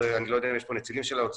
שאני לא יודע אם יש כאן נציגים של האוצר,